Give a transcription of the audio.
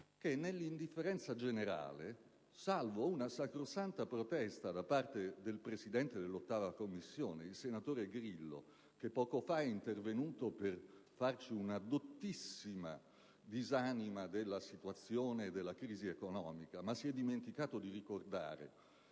nell'indifferenza generale, salvo una sacrosanta protesta da parte del presidente dell'8a Commissione, il senatore Grillo, che poco fa è intervenuto per farci una dottissima disamina sulla situazione di crisi economica, dimenticandosi però di ricordare